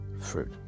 fruit